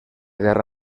guerra